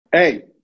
Hey